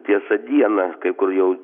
tiesa dieną kai kur jau